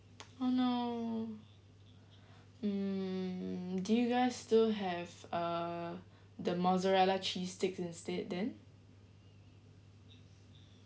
oh no mm do you guys still have uh the mozzarella cheese sticks instead then